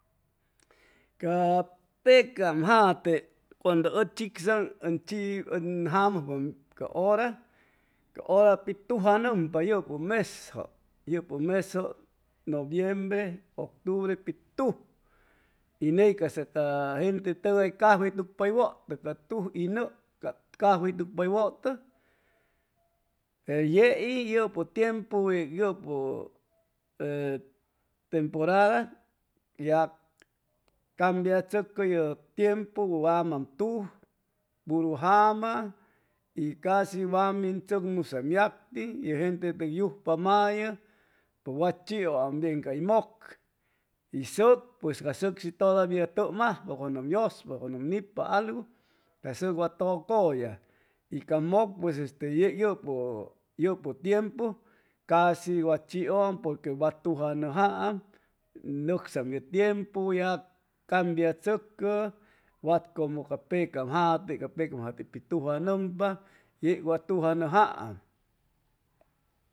Ca pecam jate cuando ʉ chiczaŋ ʉn chi ʉn amʉjwam ca hora ca hora pi tujanʉmpa yʉpʉ mesjʉ yʉpʉ mesjʉ noviembre, octubre pi tuj y ney ca'sa ca jentetʉgay cafey tucpa hʉy wʉtʉ ca tuj y nʉʉ cap cafey tucpa hʉy wʉtʉ pe yei yʉpʉ tiempu de yʉpʉ temporada ya cambiachʉcʉ ye tiempu yamaam tuj puru jama y casi wam min tzʉcmusam yacti ye gentetʉg yujpa mayʉ pʉj wa chiʉam bieŋ cay mʉk y sʉk pues ca sʉc shi tʉdavia tʉmajpa cuando ʉm yʉspa cuando ʉm nipa algu ca sʉk wa tʉcʉya y ca mʉk pues este yec yʉpʉ yʉpʉ tiempu casi wa chiʉam porque wa tujamʉjaam nʉcsam ye tiempu ya cambiachʉcʉ wat como ca pecam jate ca pecam jate pi tujanʉmpa yeg wa tujanʉjaam